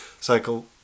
cycle